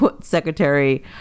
Secretary